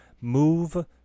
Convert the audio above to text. move